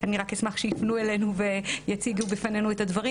אני רק אשמח שיפנו אלינו ויציגו בפנינו את הדברים